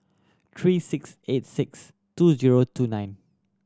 three six eight six two zero two nine